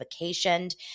vacationed